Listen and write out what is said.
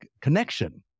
connection